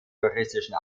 touristischen